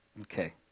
Okay